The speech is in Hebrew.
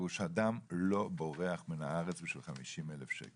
היא שאדם לא בורח מהארץ בשביל 50,000 שקלים.